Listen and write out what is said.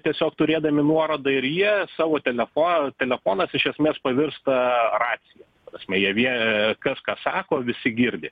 tiesiog turėdami nuorodą ir jie savo telefoną telefonas iš esmės pavirsta racija ta prasme jie vie kas ką sako visi girdi